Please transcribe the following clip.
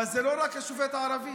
אבל זה לא רק השופט הערבי.